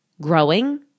growing